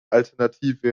alternative